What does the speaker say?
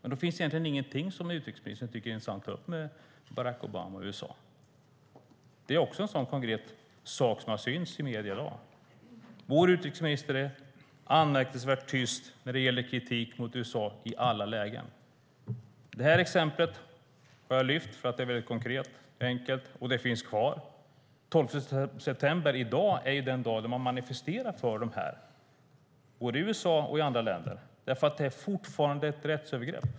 Då finns det egentligen ingenting som utrikesministern tycker är intressant att ta upp med Barack Obama och USA. Det är också en konkret sak som har synts i medierna. Vår utrikesminister är anmärkningsvärt tyst när det gäller kritik mot USA i alla lägen. Det här exemplet har jag lyft upp eftersom det är konkret och enkelt och finns kvar. Den 12 september - i dag - är den dag då man manifesterar för detta, både i USA och i andra länder, eftersom det fortfarande är ett rättsövergrepp.